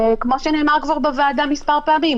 וכמו שנאמר בוועדה כבר מספר פעמים,